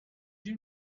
you